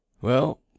Well